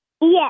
Yes